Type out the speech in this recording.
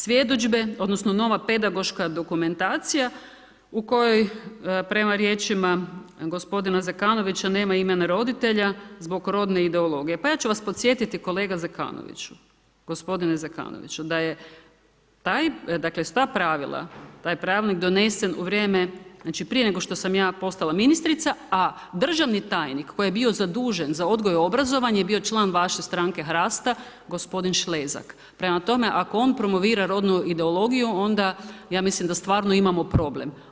Svjedodžbe odnosno nova pedagoška dokumentacija u kojoj prema riječima gospodina Zekanovića nema imena roditelja zbog rodne ideologije, pa ja ću vas podsjetiti kolega Zekanoviću, gospodine Zekanoviću da je taj pravilnik donesen u vrijeme prije nego što sam ja postala ministrica, a državni tajnik koji je bio zadužen za odgoj i obrazovanje je bio član vaše stranke HRAST-a gospodin Šlezak, prema tome ako on promovira rodnu ideologiju onda ja mislim da stvarno imamo problem.